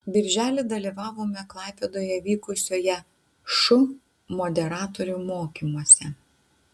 birželį dalyvavome klaipėdoje vykusiuose šu moderatorių mokymuose